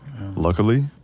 Luckily